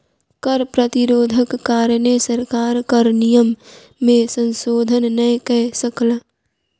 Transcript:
कर प्रतिरोधक कारणेँ सरकार कर नियम में संशोधन नै कय सकल